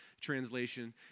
translation